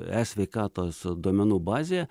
e sveikatos duomenų bazėje